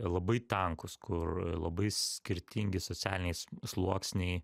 labai tankus kur labai skirtingi socialiniai sluoksniai